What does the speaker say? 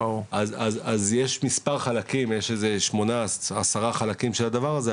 אז יש מספר חלקים של הדבר הזה,